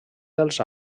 dels